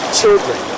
children